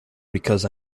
because